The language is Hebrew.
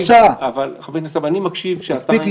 חבר הכנסת ארבל, אני מקשיב שעתיים.